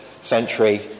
century